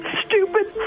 stupid